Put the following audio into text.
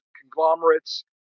conglomerates